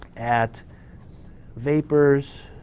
at vapors